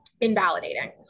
invalidating